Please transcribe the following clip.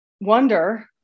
wonder